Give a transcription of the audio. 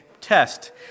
test